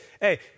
Hey